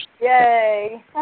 Yay